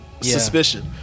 suspicion